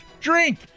drink